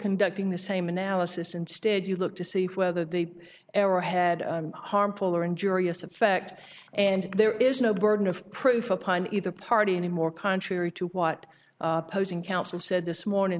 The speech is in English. conducting the same analysis instead you look to see whether they ever had harmful or injurious effect and there is no burden of proof upon either party anymore contrary to what posing counsel said this morning